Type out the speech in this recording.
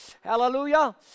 Hallelujah